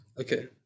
Okay